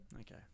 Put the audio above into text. Okay